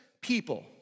people